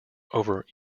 over